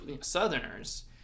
Southerners